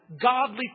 Godly